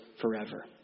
forever